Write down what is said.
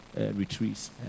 retreats